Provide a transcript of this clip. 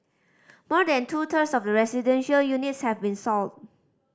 more than two thirds of the residential units have been sold